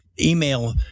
email